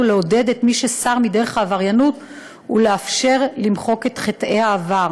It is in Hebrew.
לעודד את מי שסר מדרך העבריינות ולאפשר למחוק את חטאי העבר.